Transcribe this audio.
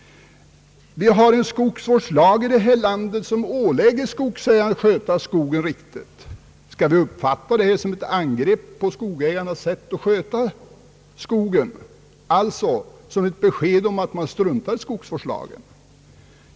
Det finns här i landet en skogsvårdslag, som ålägger skogsägare att sköta skogen på ett riktigt sätt. Skall den framställning som gjorts uppfattas som en anmärkning mot skogsägarnas sätt att sköta skogen, alltså som ett besked om att man struntat i skogsvårdslagen?